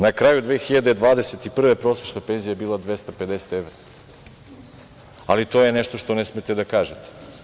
Na kraju, 2021. godine prosečna penzija je bila 250 evra, ali to je nešto što ne smete da kažete.